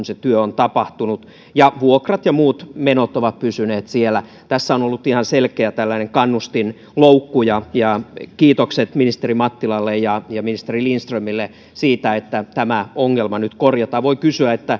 se työ on tapahtunut vaikka vuokrat ja muut menot ovat pysyneet tässä on on ollut ihan selkeä kannustinloukku kiitokset ministeri mattilalle ja ministeri lindströmille siitä että tämä ongelma nyt korjataan voi kysyä